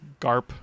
Garp